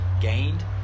gained